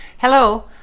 Hello